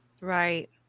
Right